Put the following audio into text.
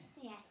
Yes